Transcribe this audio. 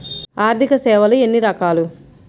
ఆర్థిక సేవలు ఎన్ని రకాలు?